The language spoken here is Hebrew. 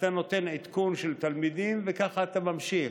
אתה נותן עדכון של תלמידים וככה אתה ממשיך.